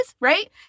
Right